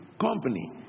company